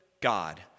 god